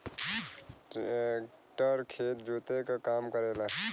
tractor खेत जोते क काम करेला